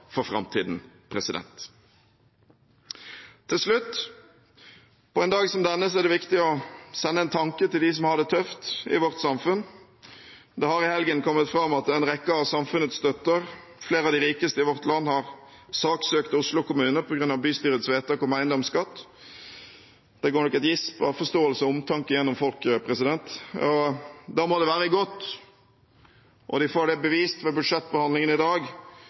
for framtiden. Til slutt: På en dag som denne er det viktig å sende en tanke til dem som har det tøft i vårt samfunn. Det har i helgen kommet fram at en rekke av samfunnets støtter, flere av de rikeste i vårt land, har saksøkt Oslo kommune på grunn av bystyrets vedtak om eiendomsskatt. Det går nok et gisp av forståelse og omtanke gjennom folket. Da må det være godt – og de får det bevist ved budsjettbehandlingen i dag